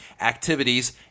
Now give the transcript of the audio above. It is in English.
activities